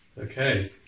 Okay